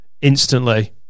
Instantly